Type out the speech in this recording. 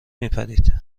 میپرید